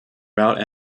route